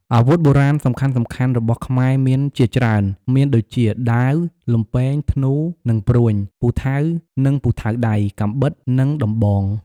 អាវុធបុរាណសំខាន់ៗរបស់ខ្មែរមានជាច្រើន មានដូចជា ដាវ លំពែង ធ្នូ និងព្រួញ ពូថៅ និងពូថៅដៃ កាំបិត និងដំបង។